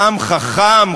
העם חכם,